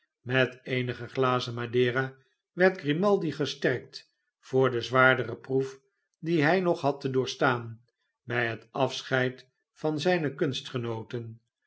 met eenige glazen madera werd grimaldi gesterkt voor de zwaardere proef die hij nog had te doorstaan bij het afscheid van zijne